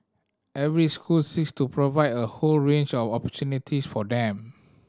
every school seeks to provide a whole range of opportunities for them